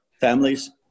families